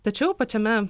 tačiau pačiame